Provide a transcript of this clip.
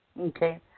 Okay